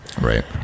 Right